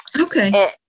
Okay